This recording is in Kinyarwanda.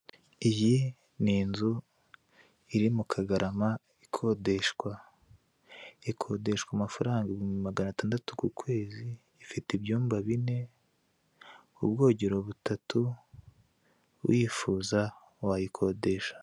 Iyi ni inzu iri mu kagarama ikodeshwa. ikodeshwa amafaranga ibihumbi magana atandatu ku kwezi ifite ibyumba bine ubwogero butatu wifuza wayikodesha.